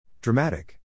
Dramatic